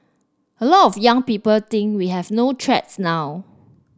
a lot of young people think we have no threats now